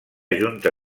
junta